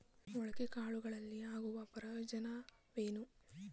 ಮೊಳಕೆ ಕಾಳುಗಳಿಂದ ಆಗುವ ಪ್ರಯೋಜನವೇನು?